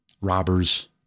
robbers